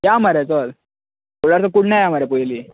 या मरे चल पयलें आमी कुडण्या या मरे पयलीं